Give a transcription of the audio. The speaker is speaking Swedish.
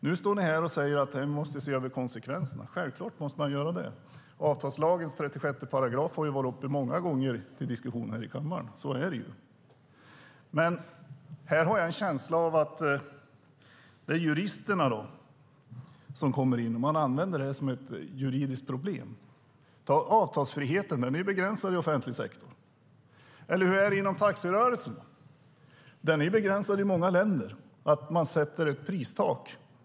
Nu står ni här och säger att man måste se över konsekvenserna. Självklart måste man göra det. Avtalslagens 36 § har varit uppe många gånger till diskussion här i kammaren. Men här har jag en känsla av att det är juristerna som kommer in och att man använder detta som ett juridiskt problem. Man kan ta avtalsfriheten som exempel. Den är begränsad i offentlig sektor. Hur är det inom taxirörelsen? Där är den begränsad i många länder, och man sätter ett pristak.